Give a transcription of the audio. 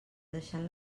deixant